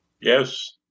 Yes